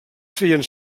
feien